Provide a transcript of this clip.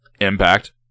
Impact